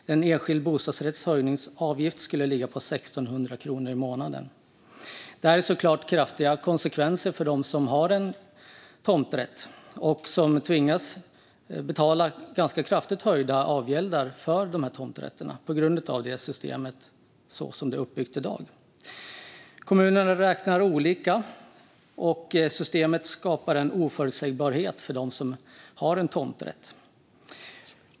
För en enskild bostadsrätt skulle avgiftshöjningen ligga på 1 600 kronor i månaden. Detta är kraftiga konsekvenser för dem som har tomträtter och som tvingas betala ganska kraftigt höjda avgälder på grund av hur systemet är uppbyggt i dag. Kommunerna räknar olika, och systemet skapar en oförutsägbarhet för dem som har en tomträtt.